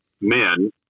men